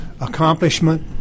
accomplishment